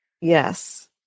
Yes